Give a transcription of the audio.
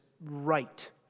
right